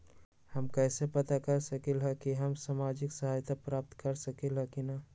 हम कैसे पता कर सकली ह की हम सामाजिक सहायता प्राप्त कर सकली ह की न?